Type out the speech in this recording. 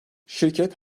şirket